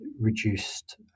reduced